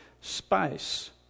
space